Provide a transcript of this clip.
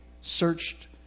searched